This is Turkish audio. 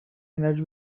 enerji